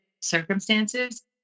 circumstances